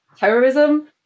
Terrorism